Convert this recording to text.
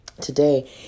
Today